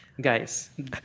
Guys